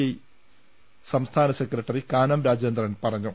A സംസ്ഥാന secretary Kanam Rajendran പറഞ്ഞു